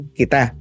kita